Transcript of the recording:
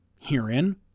Herein